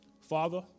Father